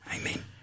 Amen